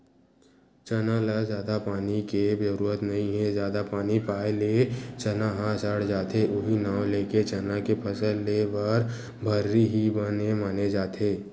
चना ल जादा पानी के जरुरत नइ हे जादा पानी पाए ले चना ह सड़ जाथे उहीं नांव लेके चना के फसल लेए बर भर्री ही बने माने जाथे